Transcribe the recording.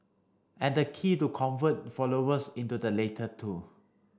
and the key to convert followers into the latter two